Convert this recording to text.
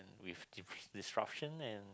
with disruption and